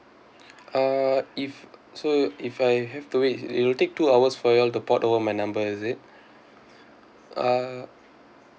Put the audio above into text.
uh if so if I have to wait it will take two hours for you all to port over my number is it uh